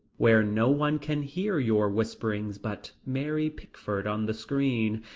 where no one can hear your whisperings but mary pickford on the screen.